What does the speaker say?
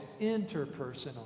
interpersonal